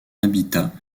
habitat